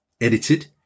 edited